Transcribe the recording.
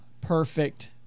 perfect